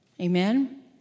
Amen